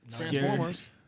Transformers